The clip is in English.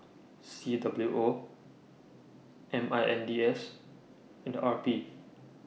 C W O M I N D S and R P